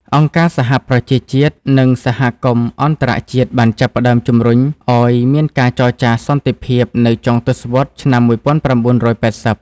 អង្គការសហប្រជាជាតិ និងសហគមន៍អន្តរជាតិបានចាប់ផ្ដើមជំរុញឱ្យមានការចរចាសន្តិភាពនៅចុងទសវត្សរ៍ឆ្នាំ១៩៨០។